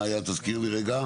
מה היה תזכיר לי רגע?